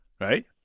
Right